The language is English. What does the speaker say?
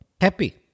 happy